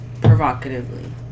provocatively